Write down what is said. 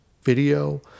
video